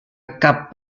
cap